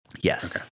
Yes